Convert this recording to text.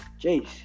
Jace